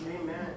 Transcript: Amen